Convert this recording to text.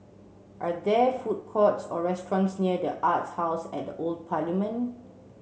are there food courts or restaurants near the Arts House at the Old Parliament